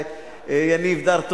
יניב דאר,